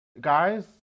guys